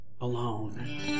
alone